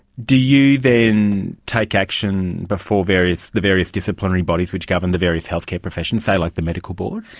do you then take action before various, the various disciplinary bodies, which govern the various healthcare professions, say, like the medical board?